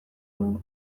dugu